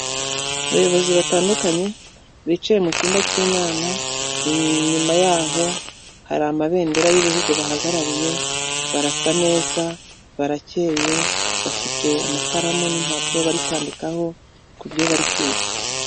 Abayobozi batandukanye, bicaye mu cyumba cy'inama, inyuma yaho hari amabendera y'ibihugu bahagarariye, barasa neza, barakeye, bafite amakaramu n'impapuro bari kwandikaho ku byo bari kwiga.